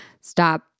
Stop